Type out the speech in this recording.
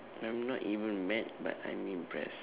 I'm not even mad but I'm impressed